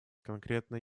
конкретно